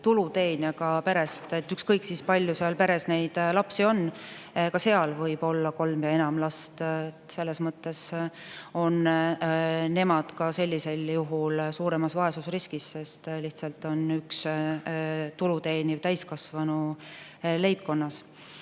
tuluteenijaga perest, ükskõik, kui palju seal peres lapsi on. Ka seal võib olla kolm ja enam last. Selles mõttes on nemad ka sellisel juhul suuremas vaesusriskis, sest seal on ainult üks tulu teeniv täiskasvanu leibkonnas. Ja